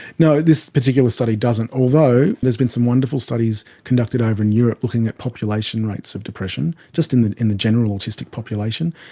no, this particular study doesn't, although there has been some wonderful studies conducted over in europe looking at population rates of depression, just in the in the general autistic population,